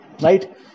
Right